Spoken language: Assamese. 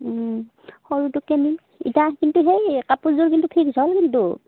সৰুটো কিন্তু সেই কাপোৰযোৰ কিন্তু হ'ল কিন্তু